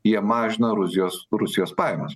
jie mažina rusijos rusijos pajamas